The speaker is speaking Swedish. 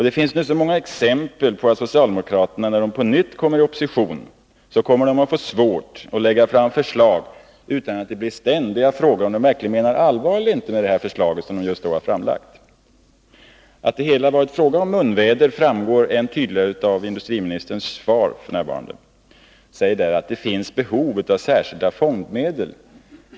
Det finns så många exempel på att socialdemokraterna, när de på nytt kommer i opposition, får svårt att lägga fram förslag utan att det blir ständiga frågor om de verkligen menar allvar eller inte med dessa förslag. Att det varit fråga om munväder framgår än tydligare av industriministerns svar i dag. Han säger där att det finns ”behov av särskilda fondmedel”.